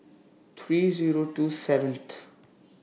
three Zero two seventh